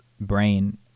brain